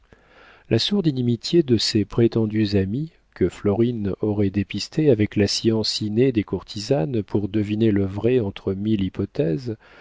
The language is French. la sourde inimitié de ces prétendus amis que florine aurait dépistée avec la science innée des courtisanes pour deviner le vrai entre mille hypothèses